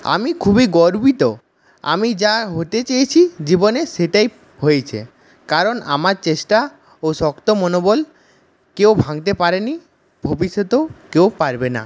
আমি খুবই গর্বিত আমি যা হতে চেয়েছি জীবনে সেটাই হয়েছে কারণ আমার চেষ্টা ও শক্ত মনোবল কেউ ভাঙতে পারেনি ভবিষ্যতেও কেউ পারবে না